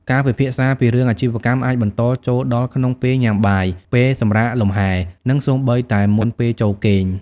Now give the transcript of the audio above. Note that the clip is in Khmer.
ការពិភាក្សាពីរឿងអាជីវកម្មអាចបន្តចូលដល់ក្នុងពេលញ៉ាំបាយ ពេលសម្រាកលំហែ និងសូម្បីតែមុនពេលចូលគេង។